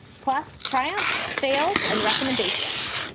plus, triumphs, fails and recommendations.